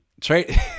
Trade